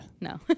no